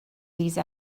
these